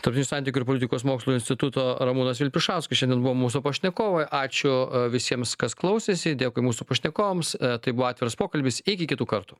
tarptautinių santykių ir politikos mokslų instituto ramūnas vilpišauskas šiandien buvo mūsų pašnekovai ačiū visiems kas klausėsi dėkui mūsų pašnekovams tai buvo atviras pokalbis iki kitų kartų